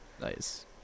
nice